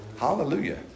Hallelujah